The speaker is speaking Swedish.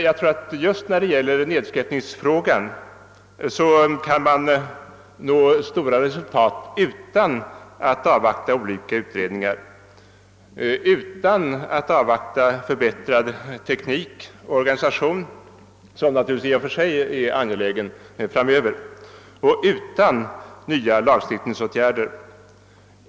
Jag tror att man kan nå stora resultat utan att avvakta olika utredningar, utan att avvakta förbättrad teknik och organisation, som naturligtvis i och för sig är en angelägen sak framöver, och utan nya lagstiftningsåtgärder.